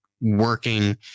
working